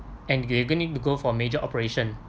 and to go for major operation